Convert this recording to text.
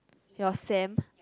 your Sam